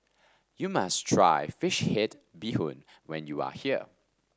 you must try fish head Bee Hoon when you are here